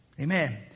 Amen